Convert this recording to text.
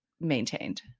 maintained